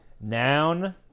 noun